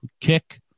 kick